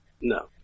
No